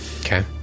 Okay